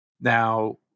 Now